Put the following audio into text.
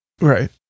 right